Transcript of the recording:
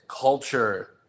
culture